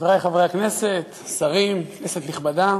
חברי חברי הכנסת, שרים, כנסת נכבדה,